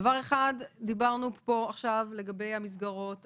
דבר אחד, דיברנו עכשיו לגבי המסגרות עצמן,